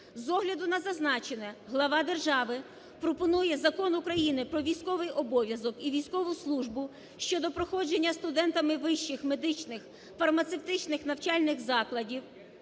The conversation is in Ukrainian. З огляду на зазначене, глава держави пропонує Закон України "Про військовий обов'язок і військову службу" щодо проходження студентами вищих медичних, фармацевтичних навчальних закладів